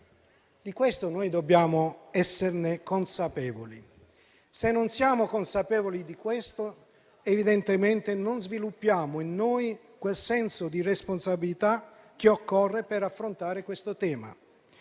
questo noi dobbiamo essere consapevoli; se non lo siamo, evidentemente non sviluppiamo in noi quel senso di responsabilità che occorre per affrontare questo tema.